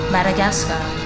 Madagascar